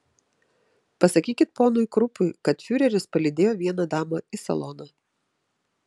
pasakykit ponui krupui kad fiureris palydėjo vieną damą į saloną